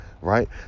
right